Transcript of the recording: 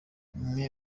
umwe